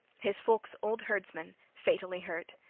his folk's old herdsman, fatally hurt.